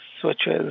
switches